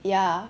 ya